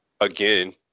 again